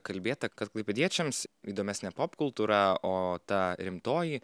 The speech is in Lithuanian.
kalbėta kad klaipėdiečiams įdomesnė popkultūra o ta rimtoji